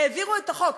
העבירו את החוק.